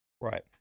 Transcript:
Right